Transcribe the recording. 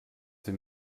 sie